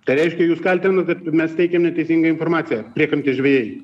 tai reiškia jūs kaltinate mes teikiam neteisingą informaciją priekrantės žvejai